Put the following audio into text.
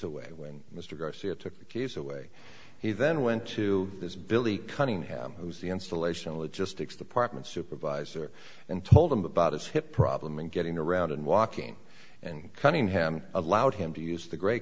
away when mr garcia took the keys away he then went to his billy cunningham who's the installation logistics department supervisor and told him about his hip problem in getting around and walking and cunningham allowed him to use the grey